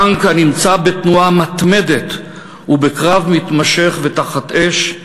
הטנק נמצא בתנועה מתמדת ובקרב מתמשך ותחת אש.